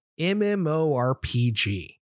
MMORPG